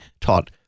taught